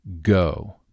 Go